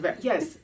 Yes